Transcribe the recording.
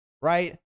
right